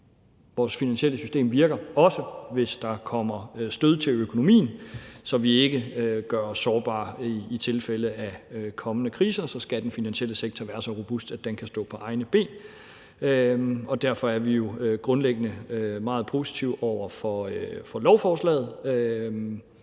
vores finansielle system virker, også hvis der kommer stød til økonomien, så vi ikke gør os sårbare i tilfælde af kommende kriser; så skal den finansielle sektor være så robust, at den kan stå på egne ben. Derfor er vi jo grundlæggende meget positive over for lovforslaget.